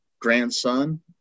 grandson